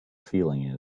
feeling